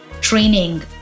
training